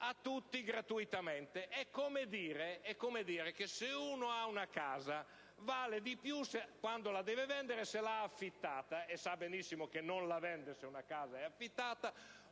a tutti gratuitamente. È come dire che, se uno ha una casa, essa vale di più, quando la deve vendere, se l'ha affittata. Ma sa benissimo che non la vende, se è affittata.